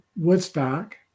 Woodstock